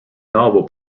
novel